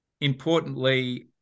importantly